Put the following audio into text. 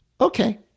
Okay